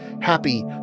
Happy